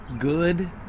Good